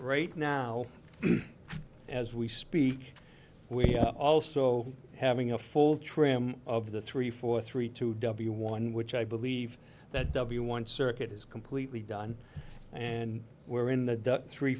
right now as we speak we're also having a full tram of the three for three to w one which i believe that w one circuit is completely done and we're in the duck three